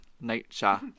Nature